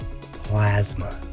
plasma